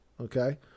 okay